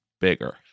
bigger